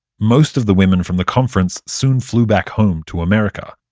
most of the women from the conference soon flew back home to america,